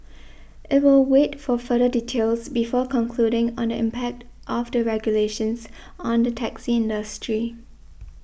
it will wait for further details before concluding on the impact of the regulations on the taxi industry